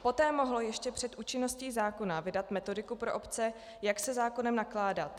Poté mohlo ještě před účinností zákona vydat metodiku pro obce, jak se zákonem nakládat.